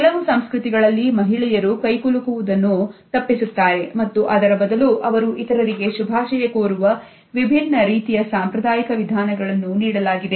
ಕೆಲವು ಸಂಸ್ಕೃತಿಗಳಲ್ಲಿ ಮಹಿಳೆಯರು ಕೈಕುಲುಕು ವುದನ್ನು ತಪ್ಪಿಸುತ್ತಾರೆ ಮತ್ತು ಅದರ ಬದಲು ಅವರು ಇತರರಿಗೆ ಶುಭಾಶಯ ಕೋರುವ ವಿಭಿನ್ನ ರೀತಿಯ ಸಾಂಪ್ರದಾಯಿಕ ವಿಧಾನಗಳನ್ನು ನೀಡಲಾಗಿದೆ